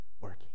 working